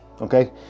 okay